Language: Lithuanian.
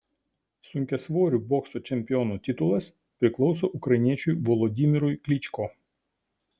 sunkiasvorių bokso čempiono titulas priklauso ukrainiečiui volodymyrui klyčko